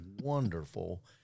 wonderful